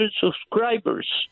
subscribers